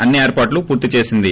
అన్ని ఏర్పాట్లను పూర్తి చేసింది